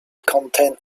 contained